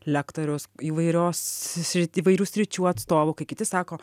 lektoriaus įvairios sri įvairių sričių atstovų kai kiti sako